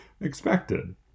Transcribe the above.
expected